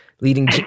Leading